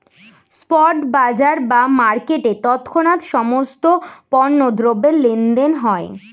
spot বাজার বা মার্কেটে তৎক্ষণাৎ সমস্ত পণ্য দ্রব্যের লেনদেন হয়